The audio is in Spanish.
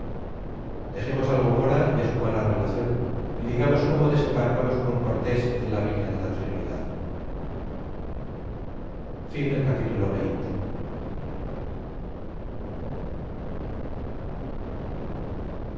dexemos al gomora y á su mala relacion y digamos como desembarcamos con cortes en la villa de la trinidad capitulo